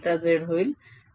आणि हे काय होईल